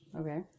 Okay